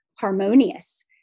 harmonious